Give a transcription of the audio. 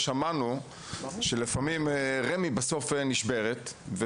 שמענו שלפעמים רמ״י היא זו שנשברת בסוף